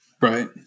Right